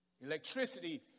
Electricity